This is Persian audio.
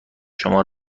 شما